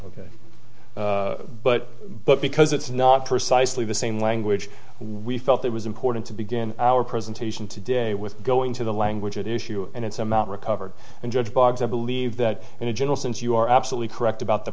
ok but but because it's not precisely the same language we felt it was important to begin our presentation today with going to the language issue and it's amount recovered and judge boggs i believe that in a general sense you are absolutely correct about the